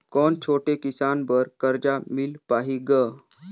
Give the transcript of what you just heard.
कौन छोटे किसान बर कर्जा मिल पाही ग?